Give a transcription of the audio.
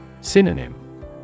Synonym